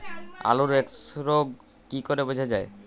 আলুর এক্সরোগ কি করে বোঝা যায়?